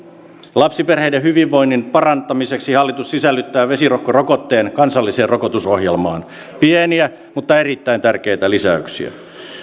lapsiperheiden hyvinvoinnin parantamiseksi hallitus sisällyttää vesirokkorokotteen kansalliseen rokotusohjelmaan pieniä mutta erittäin tärkeitä lisäyksiä